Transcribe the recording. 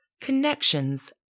Connections